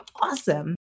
Awesome